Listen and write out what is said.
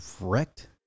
wrecked